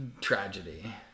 tragedy